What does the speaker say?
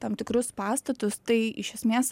tam tikrus pastatus tai iš esmės